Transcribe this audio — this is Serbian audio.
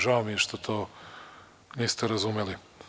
Žao mi je što to niste razumeli.